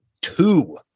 Two